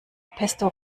pesto